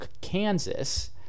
Kansas